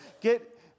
get